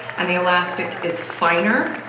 and the elastic is finer,